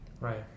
right